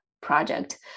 project